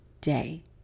day